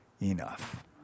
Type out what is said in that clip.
enough